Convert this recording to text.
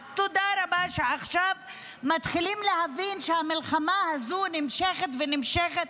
אז תודה רבה שעכשיו מתחילים להבין שהמלחמה הזאת נמשכת ונמשכת